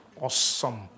awesome